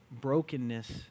brokenness